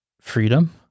freedom